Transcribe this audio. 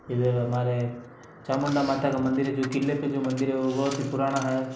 इधर हमारे चामुंडा माता का मंदिर है जो किले पर जो मंदिर है वो बहुत ही पुराना है